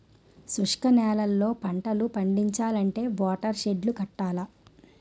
శుష్క నేలల్లో పంటలు పండించాలంటే వాటర్ షెడ్ లు కట్టాల